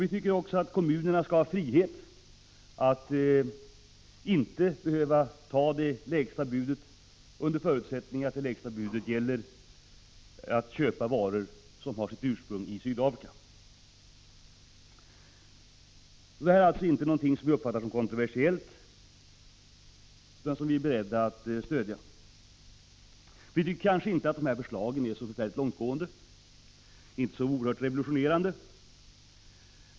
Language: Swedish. Vi tycker också att kommunerna i sina inköp skall ha frihet att inte ta det lägsta budet, om det gäller varor som har sitt ursprung i Sydafrika. Detta är vi beredda att stödja. Vi tycker kanske inte att förslagen är så långtgående, inte så oerhört revolutionerande.